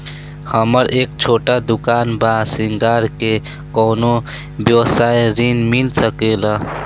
हमर एक छोटा दुकान बा श्रृंगार के कौनो व्यवसाय ऋण मिल सके ला?